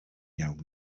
iawn